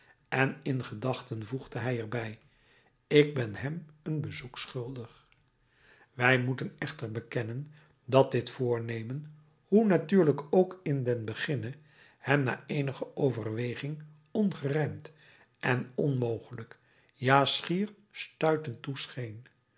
en in gedachten voegde hij er bij ik ben hem een bezoek schuldig wij moeten echter bekennen dat dit voornemen hoe natuurlijk ook in den beginne hem na eenige overweging ongerijmd en onmogelijk ja schier stuitend toescheen